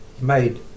made